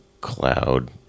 Cloud